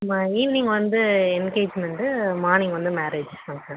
ஆமாம் ஈவ்னிங் வந்து engagement morning வந்து மேரேஜ் ஃபங்க்ஷன்